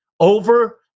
Over